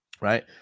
right